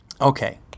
Okay